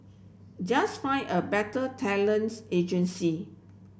just find a better talents agency